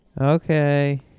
Okay